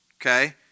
Okay